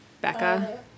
Becca